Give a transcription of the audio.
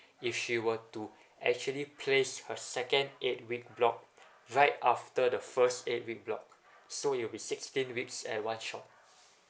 if she were to actually place her second eight week block right after the first eight week block so it'll be sixteen weeks at one shot